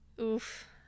Oof